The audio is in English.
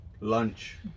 lunch